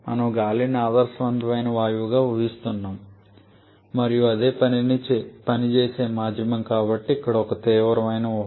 మనము గాలిని ఆదర్శవంతమైన వాయువుగా ఊహిస్తున్నాము మరియు అది పని చేసే మాధ్యమం కాబట్టి ఇది ఒక తీవ్రమైన ఊహ